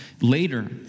later